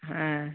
হ্যাঁ